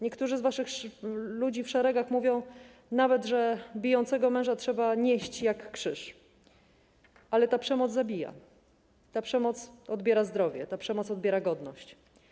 Niektórzy z waszych ludzi w szeregach mówią nawet, że bijącego męża trzeba nieść jak krzyż, ale ta przemoc zabija, ta przemoc odbiera zdrowie, ta przemoc odbiera godność.